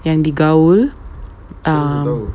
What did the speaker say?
yang digaul um